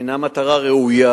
הינה מטרה ראויה.